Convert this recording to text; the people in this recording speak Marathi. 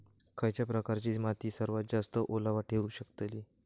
खयच्या प्रकारची माती सर्वात जास्त ओलावा ठेवू शकतली?